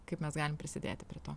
kaip mes galim prisidėti prie to